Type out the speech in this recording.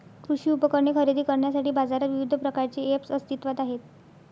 कृषी उपकरणे खरेदी करण्यासाठी बाजारात विविध प्रकारचे ऐप्स अस्तित्त्वात आहेत